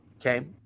Okay